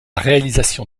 réalisation